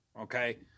okay